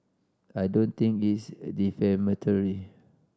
I don't think it's defamatory